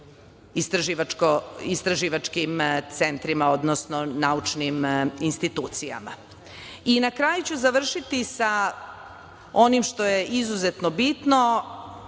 istraživačkim centrima, odnosno naučnim institucijama. Na kraju ću završiti sa onim što je izuzetno bitno,